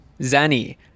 Zanny